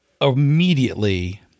immediately